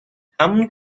همونی